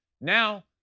Now